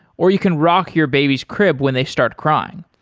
or you can rock your baby's crib when they start crying.